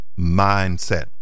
mindset